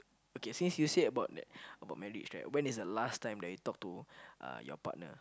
okay since you say about that about about marriage right when is the last time that you talk to uh your partner